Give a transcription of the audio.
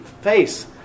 face